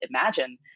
imagine